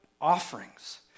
offerings